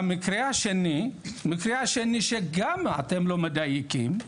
במקרה השני, המקרה השני שגם אתם לא מדייקים,